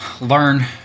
learn